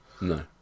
No